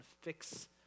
fix